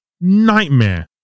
Nightmare